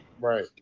right